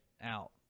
out